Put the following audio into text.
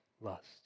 lust